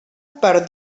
per